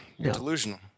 delusional